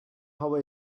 hava